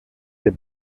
der